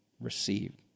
received